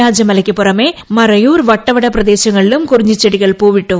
രാജമലയ്ക്ക് പുറമേ മറയൂർ വട്ടവട പ്രദേശങ്ങളിലും കുറിഞ്ഞിച്ചെട്ടികൾ പൂവിട്ടു